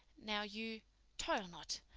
now, you toil not,